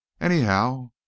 anyhow